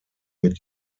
mit